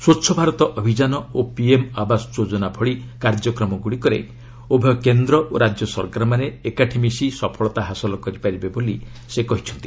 ସ୍ୱଚ୍ଚ ଭାରତ ଅଭିଯାନ ଓ ପିଏମ୍ ଆବାସ ଯୋଜନା ଭଳି କାର୍ଯ୍ୟକ୍ରମଗୁଡ଼ିକରେ ଉଭୟ କେନ୍ଦ୍ର ଓ ରାଜ୍ୟ ସରକାରମାନେ ଏକାଠି ମିଶି ସଫଳତା ହାସଲ କରିପାରିବେ ବୋଲି ସେ କହିଛନ୍ତି